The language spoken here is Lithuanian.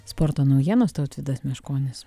sporto naujienos tautvydas meškonis